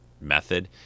method